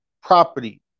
property